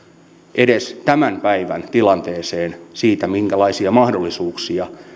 edes tämän päivän tilanteeseen siitä minkälaisia mahdollisuuksia